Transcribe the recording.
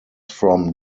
from